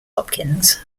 hopkins